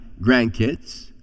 grandkids